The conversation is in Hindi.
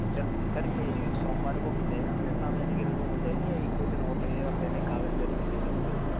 चल सर ये सोमवार को हो जायेगा मेरे काम यानी की रिन्यू हो जाएगी या एक दो दिन और लगेगा पहले कागज वेरिफिकेशन होंगे सर